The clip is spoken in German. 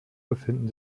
befinden